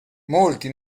molti